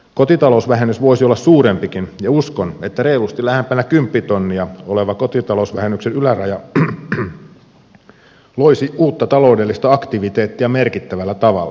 kotitalousvähennys voisi olla suurempikin ja uskon että reilusti lähempänä kymppitonnia oleva kotitalousvähennyksen yläraja loisi uutta taloudellista aktiviteettia merkittävällä tavalla